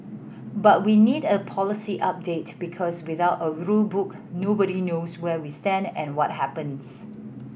but we need a policy update because without a rule book nobody knows where we stand and what happens